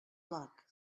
luck